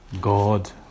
god